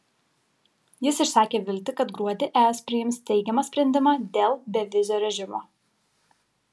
jis išsakė viltį kad gruodį es priims teigiamą sprendimą dėl bevizio režimo